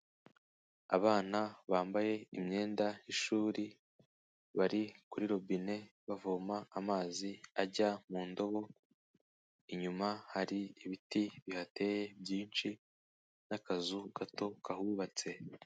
Abana bambaye imyenda y'ishuri bari kuri rubine bavoma amazi ajya mu ndobo inyuma hari ibiti bihateye byinshi n'akazu gato kahubatse.